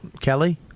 Kelly